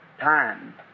time